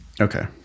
Okay